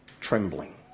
trembling